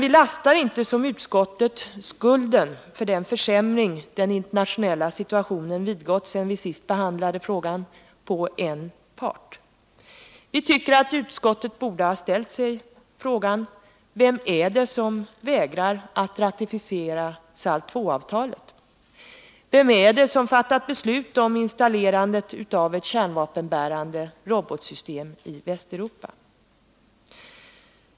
Vi lägger inte som utskottet skulden för den försämring som den internationella situationen har undergått sedan vi senast behandlade frågan på en part. Vi tycker att utskottet borde ha ställt sig frågan: Vem vägrar att ratificera SALT II-avtalet? Vem är det som har fattat beslut om installerandet av ett kärnvapenbärande robotsystem i Västeuropa?